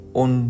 on